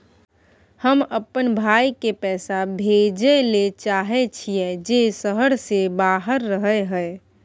हम अपन भाई के पैसा भेजय ले चाहय छियै जे शहर से बाहर रहय हय